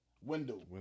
window